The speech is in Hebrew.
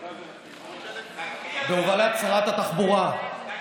מהמליאה, בבקשה, את חבר הכנסת רוטמן.